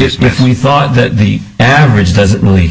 if we thought that the average doesn't really